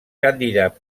candidats